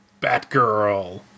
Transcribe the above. Batgirl